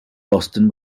boston